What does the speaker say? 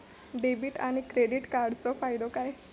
Debit आणि credit कार्डचो फायदो काय?